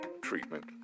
treatment